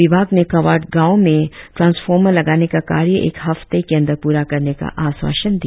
विभाग ने कवार्ड गांवों में ट्रांसफॉरमार लगाने का कार्य एक हफ्ते के अंदर प्ररा करने का आश्वासन दिया